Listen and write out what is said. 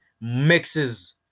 mixes